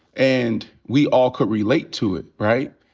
and we all could relate to it, right?